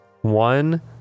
One